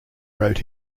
wrote